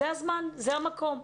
זה הזמן והמקום,